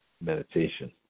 meditation